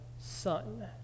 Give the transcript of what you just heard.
son